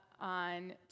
on